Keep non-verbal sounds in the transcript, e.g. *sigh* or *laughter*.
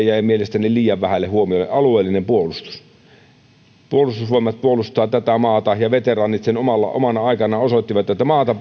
*unintelligible* jäi mielestäni liian vähälle huomiolle alueellinen puolustus puolustusvoimat puolustaa tätä maata ja veteraanit sen omana aikanaan osoittivat että maata *unintelligible*